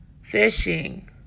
fishing